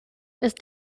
ist